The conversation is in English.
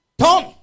turn